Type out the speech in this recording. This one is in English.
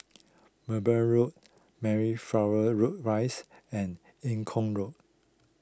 Mowbray Road Mayflower Road Rise and Eng Kong Road